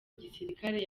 igisirikare